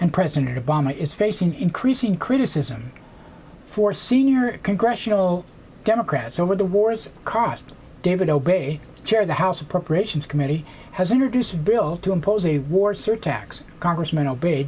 and president obama is facing increasing criticism for senior congressional democrats over the war's cost david obey chair of the house appropriations committee has introduced a bill to impose a war surtax congressman obey